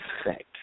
effect